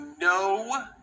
no